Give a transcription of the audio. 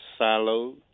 siloed